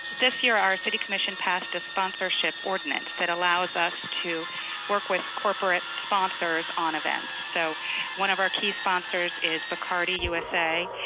this year our city commission passed a sponsorship ordinance that allows us to work with corporate sponsors on events. so one of our key sponsors is bacardi u s a,